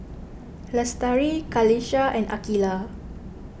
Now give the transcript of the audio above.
Lestari Qalisha and Aqilah